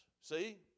see